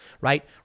right